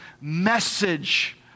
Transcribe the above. message